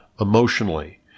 emotionally